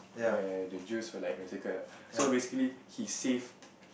where the Jews were like massacred ah so basically he saved